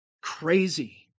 crazy